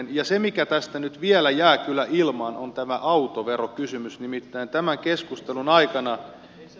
se mikä tästä nyt vielä jää kyllä ilmaan on tämä autoverokysymys tämän keskustelun aikana